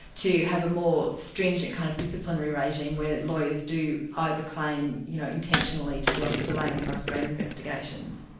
to have a more stringent kind of disciplinary regime where lawyers do over-claim you know intentionally, to to delay and frustrate investigations.